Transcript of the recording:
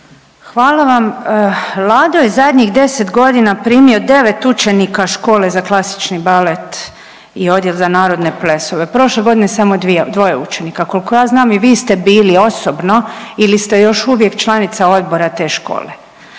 Hvala vam. Lado je zadnjih deset godina primio 9 učenika Škole za klasični balet i odjel za narodne plesove. Prošle godine samo dva učenika. Koliko ja znam i vi ste bili osobno ili ste još uvijek članica odbora te škole,